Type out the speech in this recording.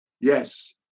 Yes